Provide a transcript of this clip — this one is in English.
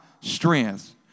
strength